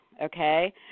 okay